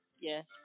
Yes